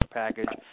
package